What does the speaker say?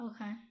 Okay